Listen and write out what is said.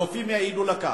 הרופאים יעידו על כך.